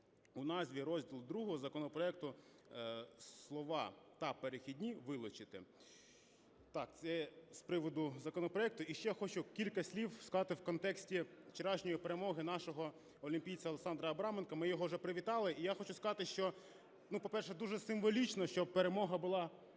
У назві розділу ІІ законопроекту слова "та перехідні" вилучити. Так, це з приводу законопроекту. І ще хочу кілька слів сказати в контексті вчорашньої перемоги нашого олімпійця Олександра Абраменка. Ми його вже привітали. І я хочу сказати, що, ну, по-перше, дуже символічно, що перемога була